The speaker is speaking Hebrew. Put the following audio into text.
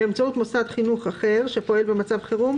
באמצעות מוסד חינוך אחר שפועל במצב חירום,